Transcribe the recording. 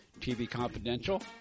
tvconfidential